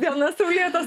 gana saulėtas